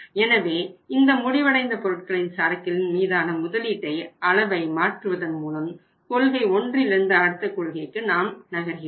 எனவே இந்த முடிவடைந்த பொருட்களின் சரக்கில் மீதான முதலீட்டை அளவை மாற்றுவதன் மூலம் கொள்கை 1லிருந்து அடுத்த கொள்கைக்கு நாம் நகர்கிறோம்